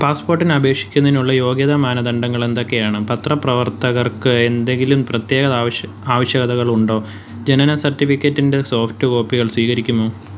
പാസ്പോർട്ടിന് അപേക്ഷിക്കുന്നതിനുള്ള യോഗ്യതാ മാനദണ്ഡങ്ങൾ എന്തൊക്കെയാണ് പത്ര പ്രവർത്തകർക്ക് എന്തെങ്കിലും പ്രത്യേക ആവശ്യ ആവശ്യകതകളുണ്ടോ ജനന സർട്ടിഫിക്കറ്റ് ൻ്റെ സോഫ്റ്റ് കോപ്പികൾ സ്വീകരിക്കുമോ